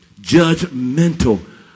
judgmental